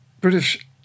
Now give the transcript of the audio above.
British